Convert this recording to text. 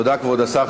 תודה, כבוד השר.